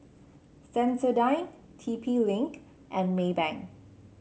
Sensodyne T P Link and Maybank